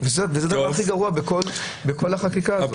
וזה הדבר הכי גרוע בכל החקיקה הזאת.